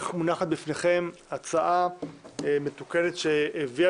מונחת בפניכם הצעה מתוקנת שהביאה